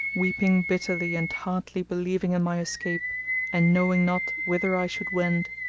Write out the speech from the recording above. weeping bitterly and hardly believing in my escape and knowing not whither i should wend.